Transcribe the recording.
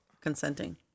consenting